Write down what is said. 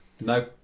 No